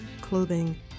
clothing